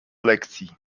lekcji